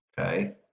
Okay